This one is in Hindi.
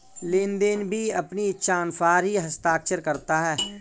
लेनदार भी अपनी इच्छानुसार ही हस्ताक्षर करता है